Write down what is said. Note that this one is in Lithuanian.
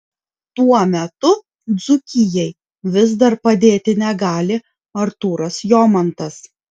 tuo metu dzūkijai vis dar padėti negali artūras jomantas